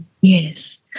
Yes